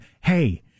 hey